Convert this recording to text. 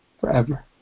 forever